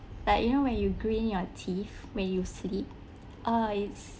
like you know when you grind your teeth when you sleep ah it's